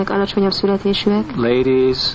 ladies